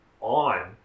on